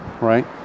right